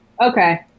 Okay